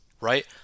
right